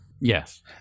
Yes